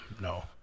no